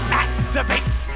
activates